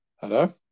Hello